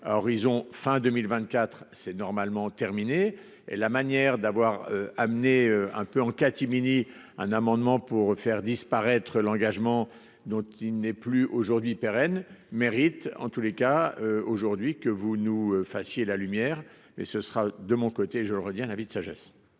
à horizon fin 2024 c'est normalement terminée et la manière d'avoir amené un peu en catimini un amendement pour faire disparaître l'engagement dont il n'est plus aujourd'hui pérenne mérite en tous les cas aujourd'hui que vous nous fassiez la lumière et ce sera de mon côté, je leur ai dit, un avis de sagesse.--